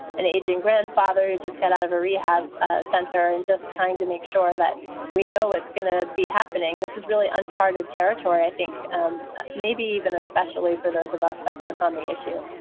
an aging grandfather who just got out of a rehab ah center and just trying to make sure that we know it's going to be happening. this is really uncharted territory. i think maybe even especially for those of us that work on the issue